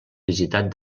visitat